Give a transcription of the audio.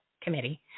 committee